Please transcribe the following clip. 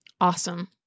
awesome